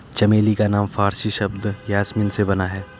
चमेली का नाम फारसी शब्द यासमीन से बना है